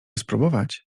spróbować